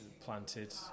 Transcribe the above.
planted